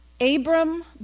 Abram